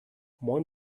moin